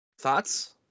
Thoughts